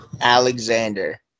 alexander